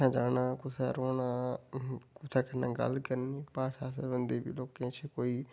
कुत्थैं जाना कुत्थैं रौह्ना कुत्थै कन्नै गल्ल करनी भाशा सरबंधी बी लोकें च कोई